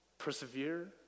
Persevere